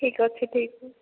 ଠିକ୍ ଅଛି ଠିକ୍